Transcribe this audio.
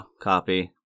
copy